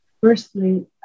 firstly